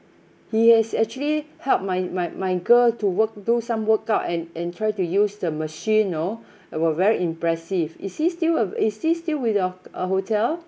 he has actually helped my my my girl to work do some workout and and try to use the machine you know we're very impressive is he still avai~ is he still with your uh hotel